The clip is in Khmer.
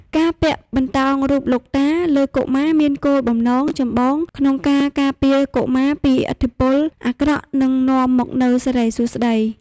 ការពាក់បន្តោងរូបលោកតាលើកុមារមានគោលបំណងចម្បងក្នុងការការពារកុមារពីឥទ្ធិពលអាក្រក់ និងនាំមកនូវសិរីសួស្តី។